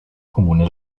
comune